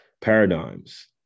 paradigms